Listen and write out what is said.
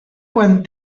quan